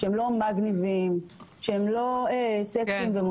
לא מגניבים ולא סקסיים.